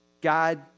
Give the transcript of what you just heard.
God